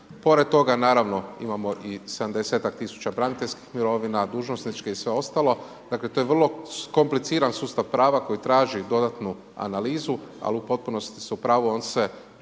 Pored toga naravno imamo i 70-ak tisuća braniteljskih mirovina, dužnosničke i sve ostalo. Dakle to je vrlo kompliciran sustav prava koji traži dodatnu analizu ali u potpunosti su u pravu, on se